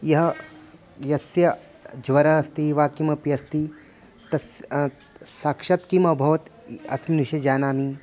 यः यस्य ज्वरः अस्ति वा किमपि अस्ति तस् साक्षात् किम् अभवत् अस्मिन् विषये जानामि